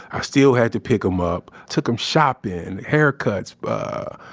i still had to pick them up, took them shopping, haircuts,